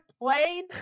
plane